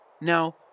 Now